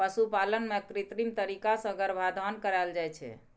पशुपालन मे कृत्रिम तरीका सँ गर्भाधान कराएल जाइ छै